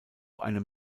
einem